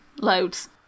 loads